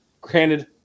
Granted